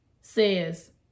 says